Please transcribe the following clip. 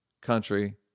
country